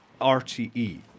RTE